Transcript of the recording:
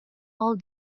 all